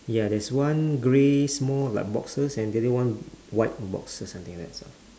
ya there's one grey small like boxes and the other one white boxes something like that